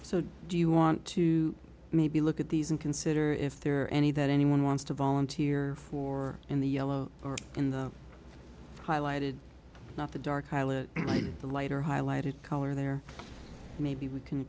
so do you want to maybe look at these and consider if there are any that anyone wants to volunteer for in the yellow or in the highlighted not the dark color like the lighter highlighted color there maybe we can